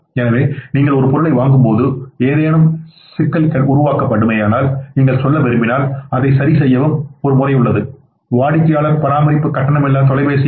எனவே நீங்கள் ஒரு பொருளை வாங்கும்போது ஏதேனும் சிக்கலை உருவாக்கினால் நீங்கள் சொல்ல விரும்பினால் அதை சரிசெய்யவும் ஒரு முறை உள்ளது வாடிக்கையாளர் பராமரிப்பு கட்டணமில்லா எண்